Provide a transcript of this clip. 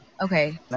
okay